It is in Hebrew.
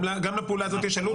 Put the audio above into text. גם לפעולה הזאת יש עלות,